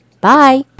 Bye